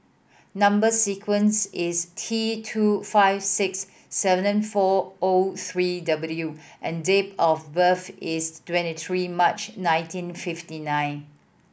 number sequence is T two five six seven four O three W and date of birth is twenty three March nineteen fifty nine